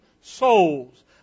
souls